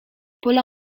pola